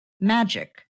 magic